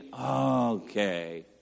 okay